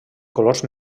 colors